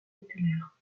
populaires